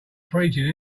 preaching